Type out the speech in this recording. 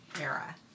era